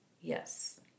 Yes